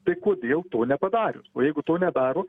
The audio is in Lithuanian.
tai kodėl to nepadarius o jeigu to nedaro